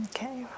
Okay